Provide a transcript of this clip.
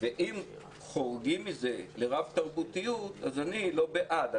ואם חורגים מזה לרב-תרבותיות, אז אני לא בעד.